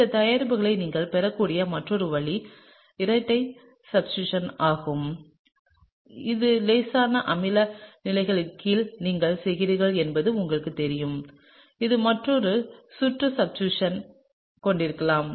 இந்த தயாரிப்பை நீங்கள் பெறக்கூடிய மற்றொரு வழி இரட்டை சப்ஸ்டிடூஸன் ஆகும் இது லேசான அமில நிலைமைகளின் கீழ் நீங்கள் செய்கிறீர்கள் என்பது உங்களுக்குத் தெரியும் இது மற்றொரு சுற்று சப்ஸ்டிடூஸன் கொண்டிருக்கலாம்